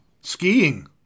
Skiing